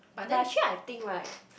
but actually I think right